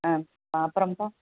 ஆ அப்புறம்ப்பா